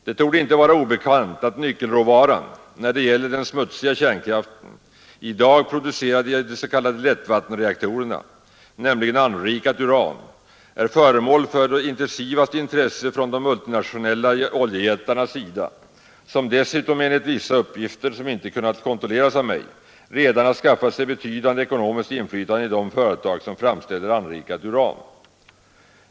Det torde inte vara obekant att nyckelråvaran när det gäller den smutsiga kärnkraften — i dag producerad av de s.k. lättvattenreaktorerna — nämligen anrikat uran är föremål för det intensivaste intresse från de multinationella oljejättarnas sida. Dessa har dessutom, enligt vissa uppgifter som inte kunnat kontrolleras av mig, redan skaffat sig betydande ekonomiskt inflytande i de företag som framställer anrikat uran.